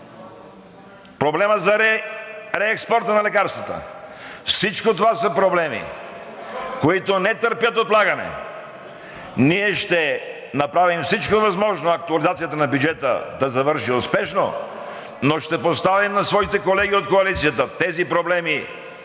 проблемът за реекспорта на лекарствата. Всичко това са проблеми, които не търпят отлагане. Ние ще направим всичко възможно актуализацията на бюджета да завърши успешно, но ще поставим на своите колеги от Коалицията тези проблеми